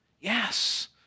Yes